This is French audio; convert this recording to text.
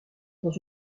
dans